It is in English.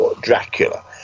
Dracula